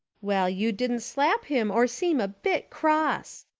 well, you didn't slap him or seem a bit cross,